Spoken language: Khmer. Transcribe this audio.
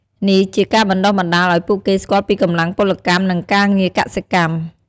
នេះជាការបណ្ដុះបណ្ដាលឱ្យពួកគេស្គាល់ពីកម្លាំងពលកម្ម និងការងារកសិកម្ម។